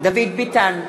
דוד ביטן,